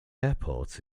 airport